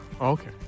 Okay